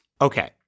Okay